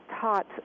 taught